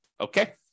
Okay